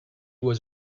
was